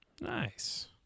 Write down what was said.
Nice